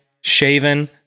shaven